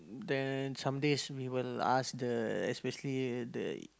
then some days we will ask the especially the